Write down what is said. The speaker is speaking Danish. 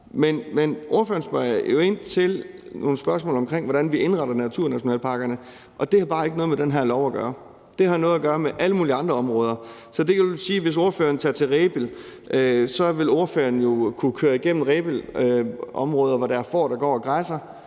Men ordføreren stiller jo nogle spørgsmål omkring, hvordan vi indretter naturnationalparkerne, og det har bare ikke noget med den her lov at gøre. Det har noget at gøre med alle mulige andre områder. Så man kan sige, at ordføreren, hvis ordføreren tager til Rebild, så vil kunne køre igennem områder i Rebild, hvor der er får, der går og græsser,